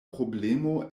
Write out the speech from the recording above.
problemo